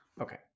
Okay